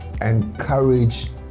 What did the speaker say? encourage